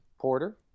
Porter